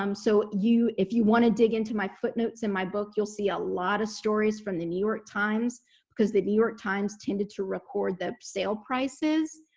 um so if you want to dig into my footnotes in my book, you'll see a lot of stories from the new york times because the new york times tended to record the sale prices.